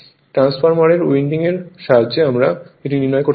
ট্রান্সফরমারের উইন্ডিং এর সাহায্যে আমরা এটি নির্ণয় করতে পারি